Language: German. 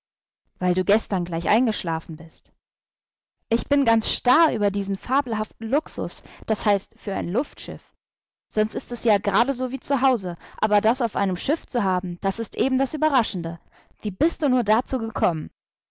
weil du gestern gleich eingeschlafen bist ich bin ganz starr über diesen fabelhaften luxus das heißt für ein luftschiff sonst ist es ja gerade so wie zu hause aber das auf einem schiff zu haben das ist eben das überraschende wie bist du nur dazu gekommen